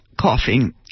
coughing